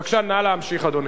בבקשה, נא להמשיך, אדוני.